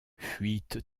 fuite